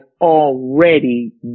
already